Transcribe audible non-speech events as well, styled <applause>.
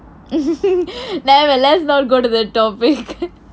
<laughs> let's not go to that topic